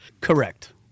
Correct